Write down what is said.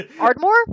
Ardmore